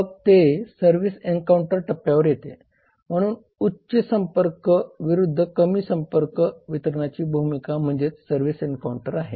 मग ते service encounter टप्प्यावर येते म्हणून उच्च संपर्क विरूद्ध कमी संपर्क वितरणाची भूमिका म्हणजेच सर्विस एन्काऊंटर आहे